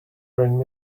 bring